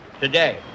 today